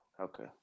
Okay